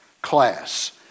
class